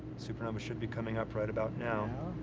supernova should be coming up right about now.